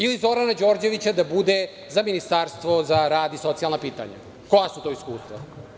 Ili Zorana Đorđevića da bude za Ministarstvo za rad i socijalna pitanja, koja su to iskustva?